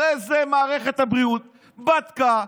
הרי זו מערכת הבריאות בדקה,